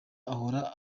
ahora